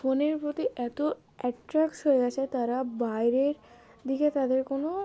ফোনের প্রতি এতো অ্যাট্রাক্টস হয়ে গেছে তারা বাইরের দিকে তাদের কোনো